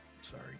sorry